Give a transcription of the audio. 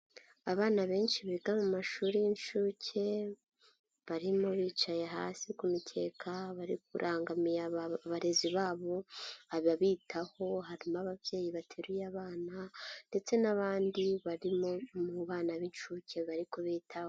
Abana benshi biga mu mashuri y'inshuke, barimo bicaye hasi ku mikeka, bari kurangamiye abarezi babo, ababitahoho, harimo ababyeyi bateruye abana ndetse n'abandi barimo mu bana b'inshuke bari kubitaho.